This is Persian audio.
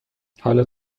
حالت